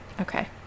Okay